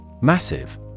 Massive